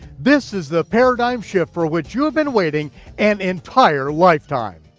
this is the paradigm shift for which you have been waiting an entire lifetime.